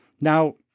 Now